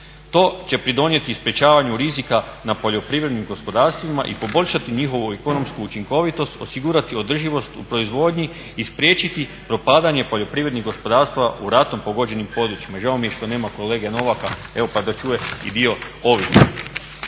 To će pridonijeti sprečavanju rizika na poljoprivrednim gospodarstvima i poboljšati njihovu ekonomsku učinkovitost, osigurati održivost u proizvodnji i spriječiti propadanje poljoprivrednih gospodarstava u ratom pogođenim područjima. Žao mi je što nema kolege Novaka pa da čuje i dio ….